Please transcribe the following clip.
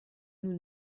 nous